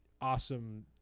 awesome